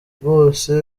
bose